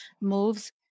moves